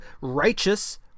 righteous